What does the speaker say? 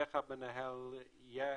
איך המנהל יהיה,